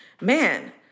man